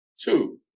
two